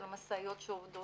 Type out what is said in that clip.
של המשאיות שעובדות.